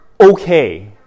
okay